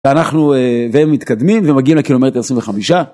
ואנחנו אה.. והם מתקדמים ומגיעים לקילומטר עשרים וחמישה